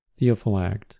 Theophilact